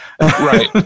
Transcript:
right